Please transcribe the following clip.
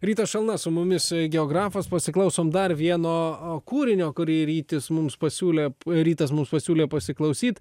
rytas šalna su mumis geografas pasiklausom dar vieno kūrinio kurį rytis mums pasiūlė rytas mums pasiūlė pasiklausyt